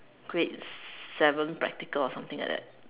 grade seven practical or something like that